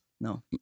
No